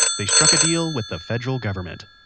they struck a deal with the federal government